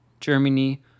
Germany